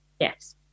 Yes